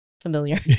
familiar